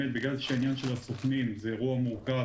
בגלל שהעניין של הסוכנים הוא אירוע מורכב